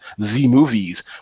Z-movies